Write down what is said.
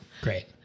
great